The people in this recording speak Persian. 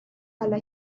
حالا